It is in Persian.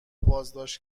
بازداشت